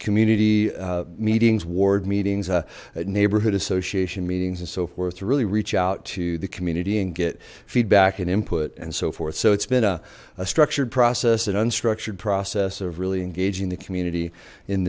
community meetings ward meetings neighborhood association meetings and so forth to really reach out to the community and get feedback and input and so forth so it's been a structured process an unstructured process of really engaging the community in